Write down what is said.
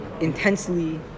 Intensely